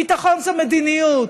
ביטחון זה מדיניות.